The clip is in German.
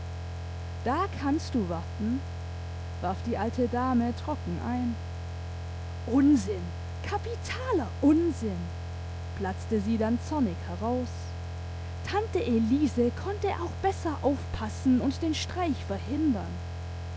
da kannst du warten warf die alte dame trocken ein unsinn kapitaler unsinn platzte sie dann zornig heraus tante elise konnte auch besser aufpassen und den streich verhindern